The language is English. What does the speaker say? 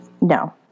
No